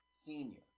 Senior